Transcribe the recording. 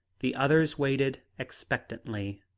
the others waited expectantly.